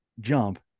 jump